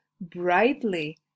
brightly